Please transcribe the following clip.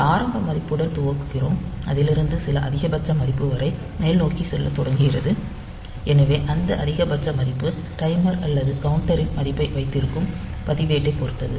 சில ஆரம்ப மதிப்புடன் துவக்குகிறோம் அதிலிருந்து சில அதிகபட்ச மதிப்பு வரை மேல்நோக்கி செல்லத் தொடங்குகிறது எனவே அந்த அதிகபட்ச மதிப்பு டைமர் அல்லது கவுண்டரின் மதிப்பை வைத்திருக்கும் பதிவேட்டைப் பொறுத்தது